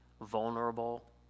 vulnerable